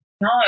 No